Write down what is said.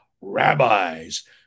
rabbis